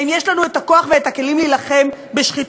אלא אם יש לנו הכוח ואת הכלים להילחם בשחיתות.